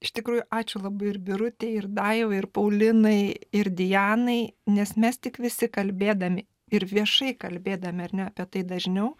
iš tikrųjų ačiū labai ir birutei ir daivai ir paulinai ir dianai nes mes tik visi kalbėdami ir viešai kalbėdami ar ne apie tai dažniau